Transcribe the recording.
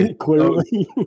Clearly